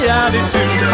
attitude